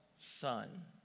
son